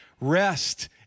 Rest